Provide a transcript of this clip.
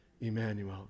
Emmanuel